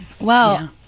Wow